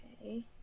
okay